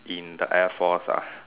in the air force ah